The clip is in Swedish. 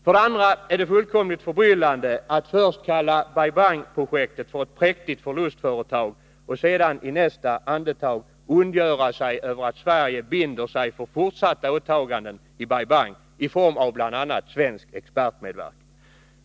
För det andra är det fullkomligt förbryllande att först kalla Bai Bang-projektet för ett präktigt förlustföretag och sedan i nästa andetag ondgöra sig över att Sverige binder sig för fortsatta åtaganden i Bai Bang i form av bl.a. svensk expertmedverkan.